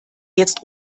jetzt